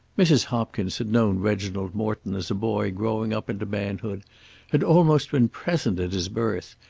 mrs. hopkins had known reginald morton as a boy growing up into manhood had almost been present at his birth,